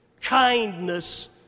kindness